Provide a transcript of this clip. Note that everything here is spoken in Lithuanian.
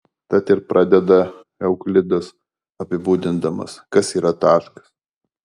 tad ir pradeda euklidas apibūdindamas kas yra taškas